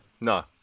No